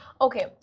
Okay